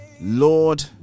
Lord